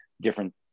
different